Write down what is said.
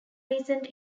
recent